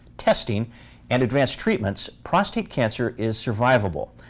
testing and advanced treatments, prostate cancer is survivable.